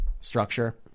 structure